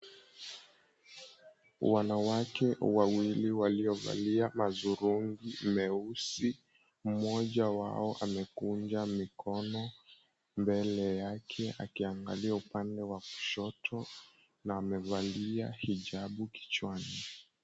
Wanawake wawili waliovalia mazurungi meusi mmoja wao amekunja mikono mbele yake akiangalia upande wa kushoto na amevalia hijabu kichwani.